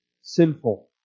sinful